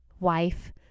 wife